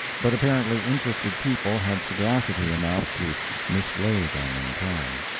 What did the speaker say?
but apparently interested people had sagacity enough to mislay them in time.